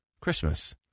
Christmas